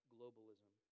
globalism